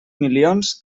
milions